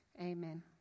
Amen